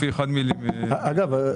אגב,